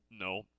no